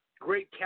Great